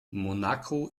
monaco